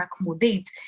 accommodate